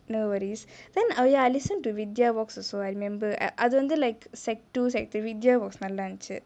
no worries then I'll ya I listen to vidya vox also I remember அது வந்து:athu vanthu like secondary two secondary three vidya vox நல்லா இருந்துச்சு:nalla irunthuchu